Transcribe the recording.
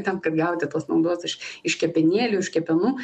tam kad gauti tos naudos iš iš kepenėlių iš kepenų